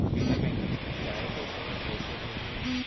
बिना बैंक जाये पइसा कइसे भेजहूँ?